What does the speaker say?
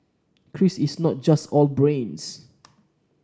Chris is not just all brains